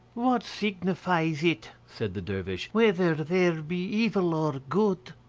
what signifies it, said the dervish, whether there be evil or good?